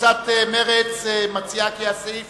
קבוצת מרצ מציעה כי סעיף